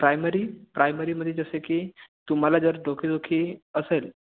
primary प्रायमरीमध्ये जसं की तुम्हाला जर डोकेदुखी असेल